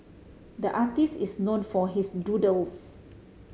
the artist is known for his doodles